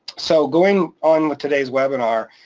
so going on with today's webinar,